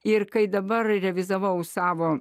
ir kai dabar realizavau savo